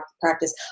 practice